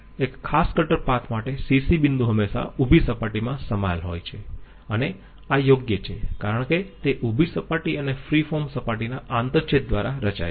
એક ખાસ cutter path માટે CC બિંદુ હંમેશાં ઉભી સપાટીમાં સમાયેલ હોય છે અને આ યોગ્ય છે કારણ કે તે ઉભી સપાટી અને ફ્રી ફોર્મ સપાટી ના આંતરછેદ દ્વારા રચાય છે